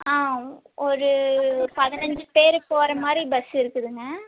ஆ ஒரு பதினஞ்சு பேர் போகற மாதிரி பஸ்ஸு இருக்குதுங்க